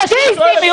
בבקשה.